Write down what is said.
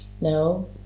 No